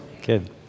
Kid